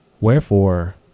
Wherefore